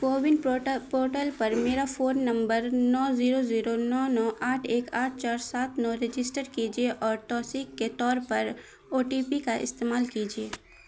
CoWIN portal پر میرا phone number نو زیرو زیرو نو نو آٹھ ایک آٹھ چار سات نو رجسٹر کیجیے اور توثیق کے طور پر او ٹی پی کا استعمال کیجیے